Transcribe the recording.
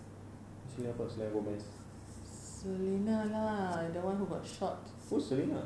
siapa selena gomez who is selena